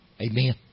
Amen